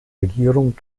regierung